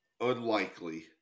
unlikely